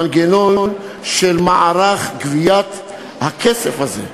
מנגנון של מערך גביית הכסף הזה.